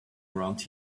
around